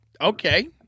okay